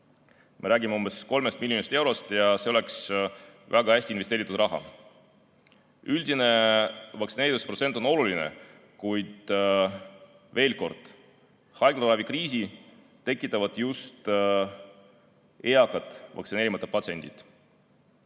Me räägime 3 miljonist eurost ja see oleks väga hästi investeeritud raha. Üldine vaktsineerituse protsent on oluline, kuid veel kord: haiglaravi kriisi tekitavad just eakad vaktsineerimata patsiendid.